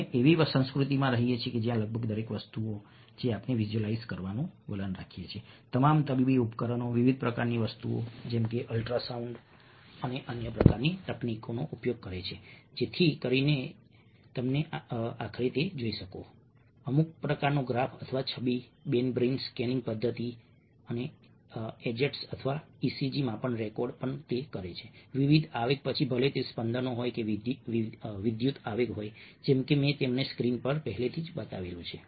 અમે એવી સંસ્કૃતિમાં રહીએ છીએ જ્યાં લગભગ દરેક વસ્તુ જે આપણે વિઝ્યુઅલાઈઝ કરવાનું વલણ રાખીએ છીએ તમામ તબીબી ઉપકરણો વિવિધ પ્રકારની વસ્તુઓ જેમ કે અલ્ટ્રાસાઉન્ડ અને અન્ય પ્રકારની તકનીકોનો ઉપયોગ કરે છે જેથી કરીને તમે આખરે જોઈ શકો અમુક પ્રકારનો ગ્રાફ અથવા છબી બેન બ્રેઈન સ્કેનિંગ પદ્ધતિ તે કરો અને Egests અથવા ECG માપન રેકોર્ડ કરે છે વિવિધ આવેગ પછી ભલે તે સ્પંદનો હોય કે વિદ્યુત આવેગ જેમ કે મેં તમને સ્ક્રીન પર પહેલેથી જ બતાવ્યું છે